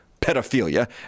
pedophilia